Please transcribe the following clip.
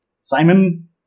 Simon